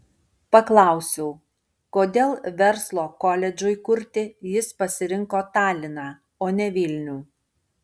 paklausiau kodėl verslo koledžui kurti jis pasirinko taliną o ne vilnių